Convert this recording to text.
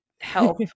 help